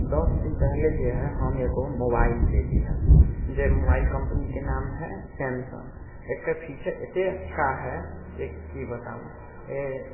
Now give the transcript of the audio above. दस दिन पहिले जे हइ हम एगो मोबाइल लेली हे जाहि मोबाइल कम्पनीके नाम हइ सेमसँग एकर फीचर एतेक अच्छा हइ कि की बताबू ओ